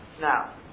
Now